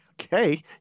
okay